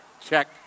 Check